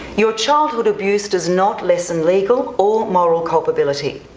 your childhood abuse does not lessen legal or moral culpability,